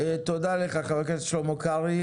תודה לך חבר הכנסת שלמה קרעי,